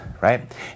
right